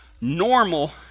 normal